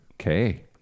okay